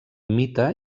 mite